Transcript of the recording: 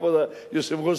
כבוד היושב-ראש,